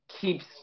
keeps